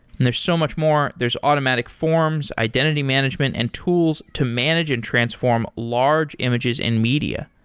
and there's so much more. there's automatic forms, identity management and tools to manage and transform large images and media.